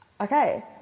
Okay